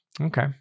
Okay